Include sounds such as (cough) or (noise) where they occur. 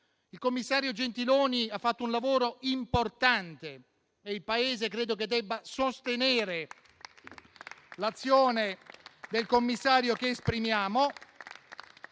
Il commissario Gentiloni ha fatto un lavoro importante (applause) e credo che il Paese debba sostenere l'azione del commissario che esprimiamo,